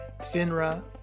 FINRA